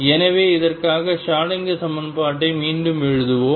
எனவே இதற்காக ஷ்ரோடிங்கர் சமன்பாட்டை மீண்டும் எழுதுவோம்